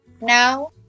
now